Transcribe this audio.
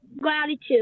gratitude